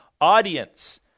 Audience